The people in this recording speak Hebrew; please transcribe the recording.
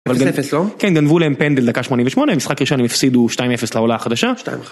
אבל זה 0 לא? כן, גנבו להם פנדל דקה 88, המשחק הראשון הם הפסידו 2-0 לעולה החדשה, 2-1.